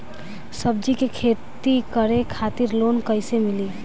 सब्जी के खेती करे खातिर लोन कइसे मिली?